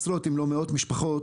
עשרות אם לא מאות משפחות,